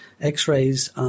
X-rays